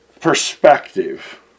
perspective